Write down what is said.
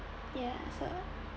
ya so